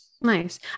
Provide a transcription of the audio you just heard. Nice